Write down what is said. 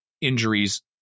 injuries